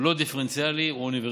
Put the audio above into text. הוא לא דיפרנציאלי, הוא אוניברסלי.